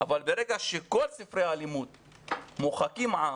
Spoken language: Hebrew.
אבל ברגע שכל ספרי הלימוד מוחקים עם